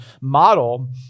model